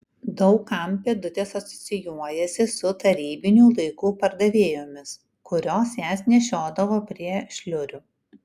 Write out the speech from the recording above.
daug kam pėdutės asocijuojasi su tarybinių laikų pardavėjomis kurios jas nešiodavo prie šliurių